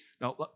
Now